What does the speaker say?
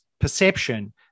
perception